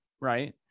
right